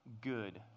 good